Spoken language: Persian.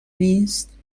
نیست